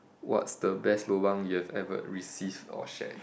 what's the best lobang you have ever received or shared